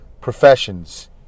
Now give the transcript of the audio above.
professions